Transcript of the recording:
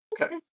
Okay